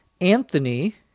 Anthony